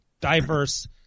diverse –